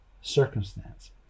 Circumstance